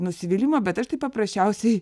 nusivylimą bet aš tai paprasčiausiai